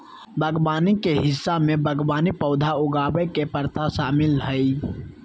बागवानी के हिस्सा में बागवानी पौधा उगावय के प्रथा शामिल हइ